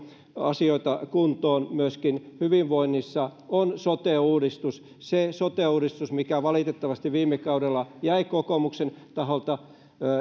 asioita kuntoon myöskin hyvinvoinnissa on sote uudistus se sote uudistus mikä valitettavasti viime kaudella jäi ehkä kokoomuksen taholta